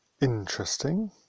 interesting